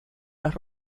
los